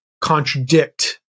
contradict